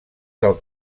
del